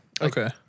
Okay